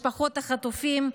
משפחות החטופים,